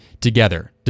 together